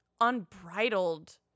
unbridled